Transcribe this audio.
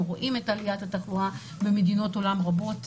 אנחנו רואים את עליית התחלואה במדינות עולם רבות,